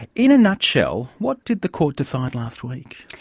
in a nutshell, what did the court decide last week?